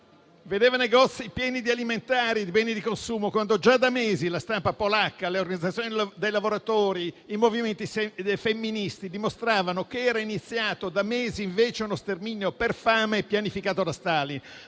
vedeva negozi pieni di prodotti alimentari e di beni di consumo, quando già da mesi la stampa polacca, le organizzazioni dei lavoratori e i movimenti femministi dimostravano che era iniziato da mesi uno sterminio per fame pianificato da Stalin.